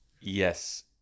Yes